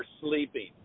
sleeping